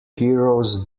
heroes